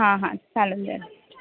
हां हां चालून जाईल